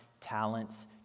talents